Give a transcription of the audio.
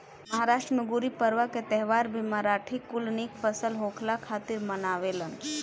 महाराष्ट्र में गुड़ीपड़वा के त्यौहार भी मराठी कुल निक फसल होखला खातिर मनावेलन